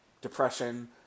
depression